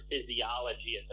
physiology